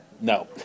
No